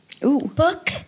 book